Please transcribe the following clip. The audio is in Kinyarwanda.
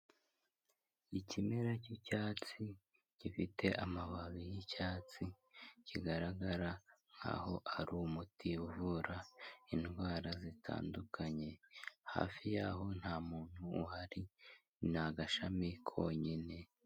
Ikimera cy'icyatsi, gifite amababi y'icyatsi, kigaragara nk'aho ari umuti uvura indwara zitandukanye. Hafi yaho ntamuntu uhari, ni agashami konyine.